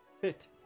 fit